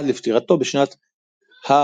עד לפטירתו בשנת ה'תשל"ה.